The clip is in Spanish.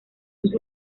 sus